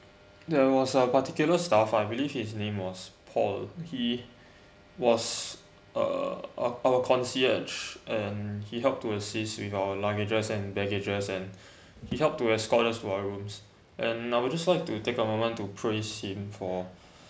there was a particular staff I believe his name was paul he was uh our our concierge and he helped to assist with our luggages and baggages and he helped to escorts us to our rooms and I would just like to take a moment to praise him for